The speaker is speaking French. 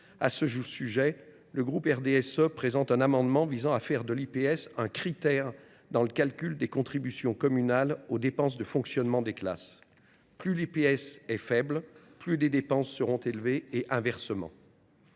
À ce sujet, le groupe RDSE présentera un amendement visant à faire de l’IPS un critère dans le calcul des contributions communales aux dépenses de fonctionnement des classes : plus l’IPS est faible, plus les dépenses seront élevées, et inversement.